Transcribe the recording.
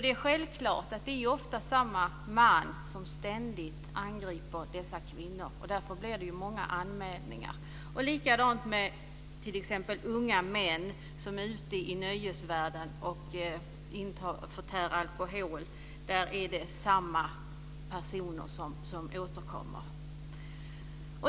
Det är självklart att det ofta är samma man som ständigt angriper kvinnan. Därför blir det många anmälningar. Det är likadant med unga män som är ute i nöjeslivet och förtär alkohol. Där är det samma personer som återkommer.